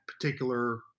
particular